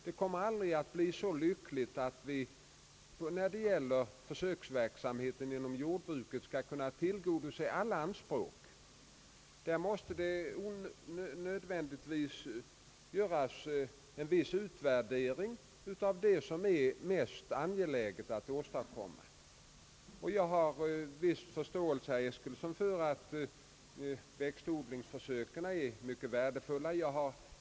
Det kommer aldrig att bli så lyckligt att vi kan tillgodose alla anspråk när det gäller försöksverksamheten inom jordbruket. Det måste nödvändigtvis göras en viss utvärdering av det som är mest angeläget att åstadkomma. Även jag anser som herr Eskilsson att växtodlingsförsöken är mycket värdefulla.